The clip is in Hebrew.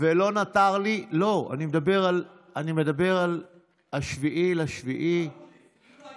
ולא נותר לי, לא, אני מדבר על 7 ביולי, ברור לי.